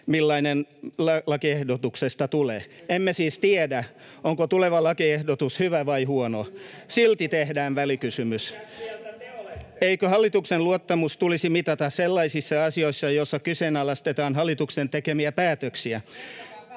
millainen lakiehdotuksesta tulee. Emme siis tiedä, onko tuleva lakiehdotus hyvä vai huono. Silti tehdään välikysymys. [Ben Zyskowicz: Mitäs mieltä te olette?] Eikö hallituksen luottamus tulisi mitata sellaisissa asioissa, joissa kyseenalaistetaan hallituksen tekemiä päätöksiä?